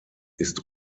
ist